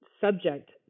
subject